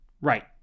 right